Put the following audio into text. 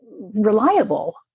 reliable